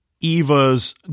eva's